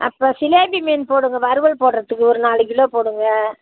அப்போ சிலேபி மீன் போடுங்கள் வறுவல் போடுறதுக்கு ஒரு நாலு கிலோ போடுங்க